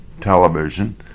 television